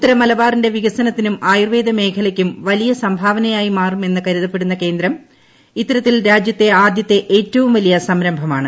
ഉത്തര മലബാറിന്റെ വികസനത്തിനും ആയുർവ്വേദ മേഖലയ്ക്കും വലിയ സംഭാവനയായി മാറമെന്ന് കരുതപ്പെടുന്ന കേന്ദ്രം ഇത്തരത്തിൽ രാജ്യത്തെ ആദ്യത്തെ ഏറ്റവും വലിയ സംരംഭമാണ്